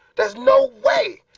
there's no way,